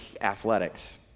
athletics